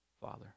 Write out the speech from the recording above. Father